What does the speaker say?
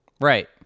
Right